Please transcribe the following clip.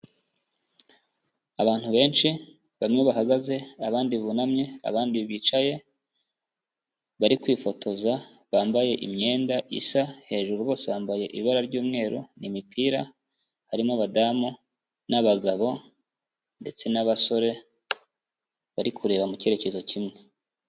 Abantu benshi, bamwe bahagaze, abandi bunamye, abandi bicaye, bari kwifotoza, bambaye imyenda isa hejuru, bose bambaye ibara ry'umweru n'imipira, harimo abadamu, n'abagabo, ndetse n'abasore, bari kureba mu cyerekezo kimwe.